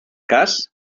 cas